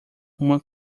uma